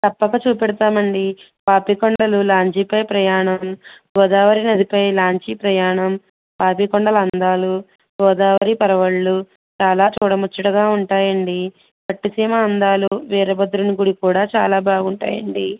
తప్పక చూపెడతాము అండి పాపికొండలు లాంచిపై ప్రయాణం గోదావరి నదిపై లాంచి ప్రయాణం పాపికొండల అందాలు గోదావరి పరవళ్ళు చాలా చూడముచ్చటగా ఉంటాయి అండి పట్టిసీమ అందాలు వీరభద్రుని గుడి కూడా చాలా బాగుంటాయి అండి